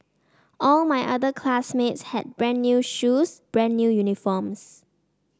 all my other classmates had brand new shoes brand new uniforms